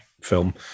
film